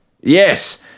Yes